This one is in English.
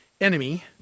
enemy